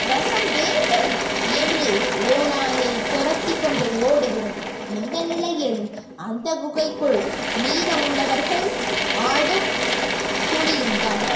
ரசம் வேண்டும் என்று ஓநாயை துரத்திக் கொண்டு ஓடுகிறது இந்த நிலையில் அந்த குகைக்குள் மீதமுள்ளவர்கள் ஆடும் புலியும் தான்